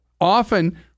Often